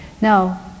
Now